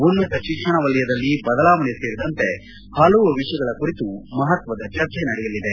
ಉನ್ನತ ಶಿಕ್ಷಣ ವಲಯದಲ್ಲಿ ಬದಲಾವಣೆ ಸೇರಿದಂತೆ ಹಲವು ವಿಷಯಗಳ ಕುರಿತು ಮಹತ್ತದ ಚರ್ಚೆ ನಡೆಯಲಿದೆ